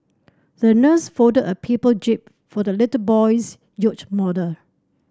the nurse folded a paper jib for the little boy's yacht model